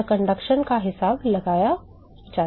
यहां चालन का हिसाब लगाया जाता है